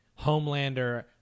Homelander